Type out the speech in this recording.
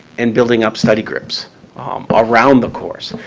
and building up study groups around the course,